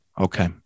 okay